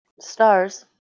Stars